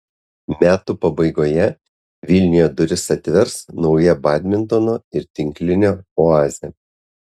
metų pabaigoje vilniuje duris atvers nauja badmintono ir tinklinio oazė